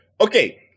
Okay